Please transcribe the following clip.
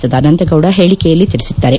ಸದಾನಂದ ಗೌಡ ಹೇಳಿಕೆಯಲ್ಲಿ ತಿಳಿಸಿದ್ದಾರೆ